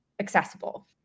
accessible